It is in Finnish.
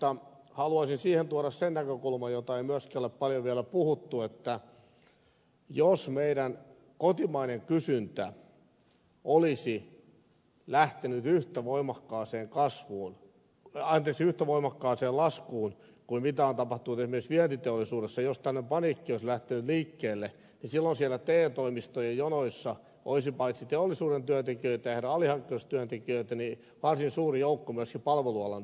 haluaisin siihen tuoda sen näkökulman josta ei myöskään ole paljon vielä puhuttu että jos meidän kotimainen kysyntämme olisi lähtenyt yhtä voimakkaaseen laskuun kuin mitä on tapahtunut esimerkiksi vientiteollisuudessa jos tällainen paniikki olisi lähtenyt liikkeelle niin silloin siellä te toimistojen jonoissa olisi paitsi teollisuuden työntekijöitä ja heidän alihankkijoidensa työntekijöitä niin varsin suuri joukko myöskin palvelualan työntekijöitä